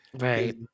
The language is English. Right